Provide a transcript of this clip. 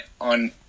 on